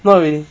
not really